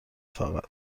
فقط